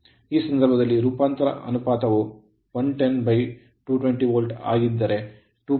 ಈ ಸಂದರ್ಭದಲ್ಲಿ ರೂಪಾಂತರ ಅನುಪಾತವು 110220 ವೋಲ್ಟ್ ಆಗಿದ್ದರೆ 2